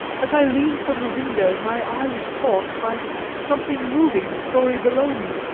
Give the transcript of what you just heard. as i leaned from the window my eye was caught by something moving a storey below me,